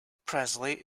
presley